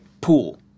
pool